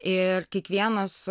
ir kiekvienas